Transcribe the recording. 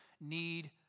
need